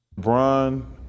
LeBron